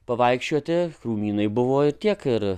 pavaikščioti krūmynai buvo ir tiek ir